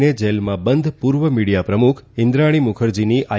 ને જેલમાં બંધ પૂર્વ મિડીયા પ્રમુખ ઇન્દ્રાણી મુખર્જીની આઈ